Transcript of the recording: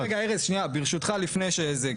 רגע ארז ברשותך לפני זה,